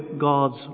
God's